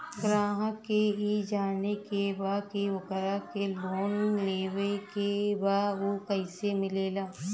ग्राहक के ई जाने के बा की ओकरा के लोन लेवे के बा ऊ कैसे मिलेला?